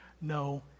no